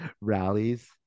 rallies